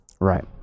Right